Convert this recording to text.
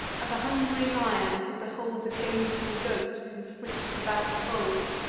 as a hungry lion, who beholds a gamesome goat, who frisks about the folds,